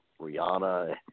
Rihanna